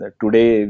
today